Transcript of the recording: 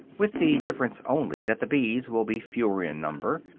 with the difference only that the bees will be fewer in number,